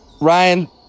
Ryan